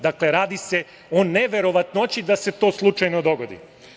Dakle, radi se o neverovatnoći da se to slučajno dogodi.